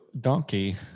donkey